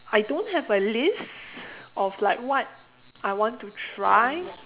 I don't have a list of like what I want to try